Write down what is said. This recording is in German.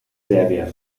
serbien